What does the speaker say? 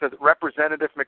Representative